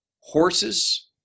horses